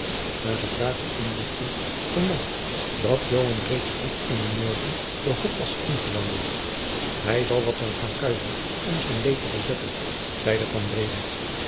na gevraagde inlichting vernam dat joan reeds vroeg in den morgen den hof was ingewandeld hij zal wat zijn gaan kuieren om zijn leed te verzetten zeide